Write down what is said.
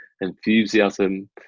enthusiasm